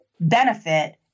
benefit